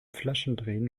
flaschendrehen